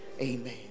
Amen